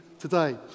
today